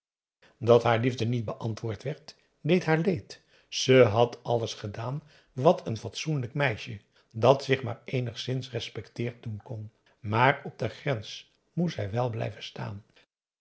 dat haar liefde niet beantwoord werd deed haar leed ze had alles gedaan wat een fatsoenlijk meisje dat zich maar eenigszins respecteert doen kon maar op de grens moest zij wel blijven staan